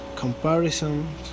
Comparison